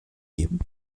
geben